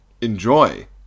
enjoy